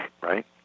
right